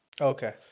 Okay